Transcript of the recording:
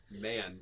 Man